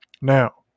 Now